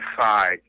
side